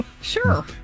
Sure